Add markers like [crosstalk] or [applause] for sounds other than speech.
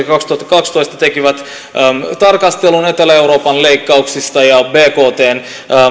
[unintelligible] kaksituhattakaksitoista tekivät tarkastelun etelä euroopan leikkauksista ja bktn